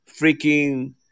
freaking